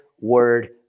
word